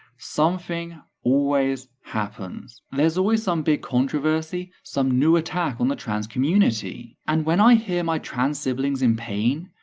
something always happens. there's always some big controversy, some new attack on the trans community. and when i hear my trans siblings in pain,